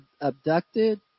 abducted